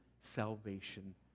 salvation